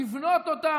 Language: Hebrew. לבנות אותה,